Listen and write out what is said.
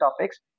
topics